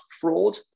fraud